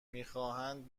میخواهند